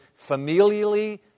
familially